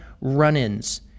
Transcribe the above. run-ins